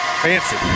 Fancy